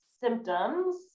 symptoms